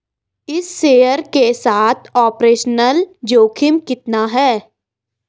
इस शेयर के साथ ऑपरेशनल जोखिम कितना है?